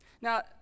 Now